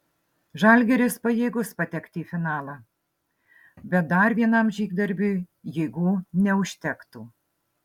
žalgiris pajėgus patekti į finalą bet dar vienam žygdarbiui jėgų neužtektų